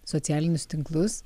socialinius tinklus